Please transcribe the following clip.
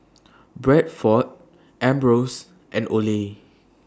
Bradford Ambros and Olay